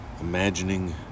Imagining